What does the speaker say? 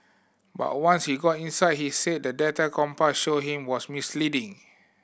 but once he got inside he said the data Compass showed him was misleading